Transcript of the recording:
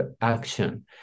action